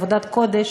עבודת קודש,